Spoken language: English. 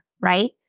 right